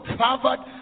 covered